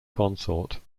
consort